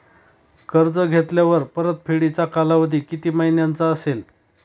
कर्ज घेतल्यावर परतफेडीचा कालावधी किती महिन्यांचा असेल?